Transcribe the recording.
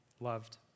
loved